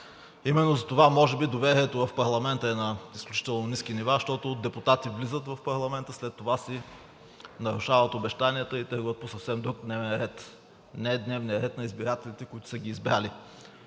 Именно затова може би доверието в парламента е на изключително ниски нива, защото депутати влизат в парламента, след това си нарушават обещанията и тръгват по съвсем друг дневен ред – не дневния ред на избирателите, които са ги избрали.